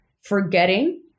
forgetting